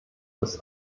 des